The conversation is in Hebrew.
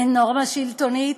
אין נורמה שלטונית